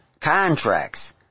contracts